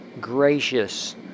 gracious